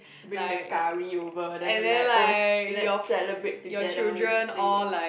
bring the curry over then like oh let's celebrate together this things